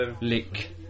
Lick